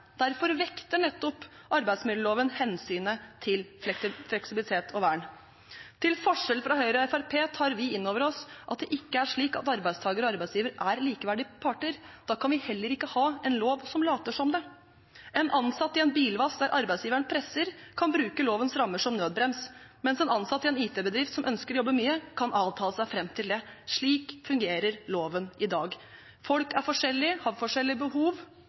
derfor vekter arbeidsmiljøloven nettopp mellom hensynet til fleksibilitet og vern. Til forskjell fra Høyre og Fremskrittspartiet tar vi innover oss at det ikke er slik at arbeidstaker og arbeidsgiver er likeverdige parter. Da kan vi heller ikke ha en lov som later som det. En ansatt i en bilvask der arbeidsgiveren presser, kan bruke lovens rammer som en nødbrems, mens en ansatt i en IT-bedrift, som ønsker å jobbe mye, kan avtale seg fram til det. Slik fungerer loven i dag. Folk er forskjellige og har forskjellige behov